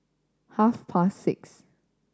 half past six